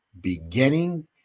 Beginning